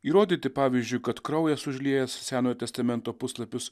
įrodyti pavyzdžiui kad kraujas užliejęs senojo testamento puslapius